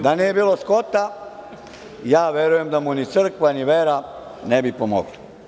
Da nije bilo Skota, ja verujem da mu ni crkva ni vera ne bi pomogli.